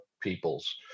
peoples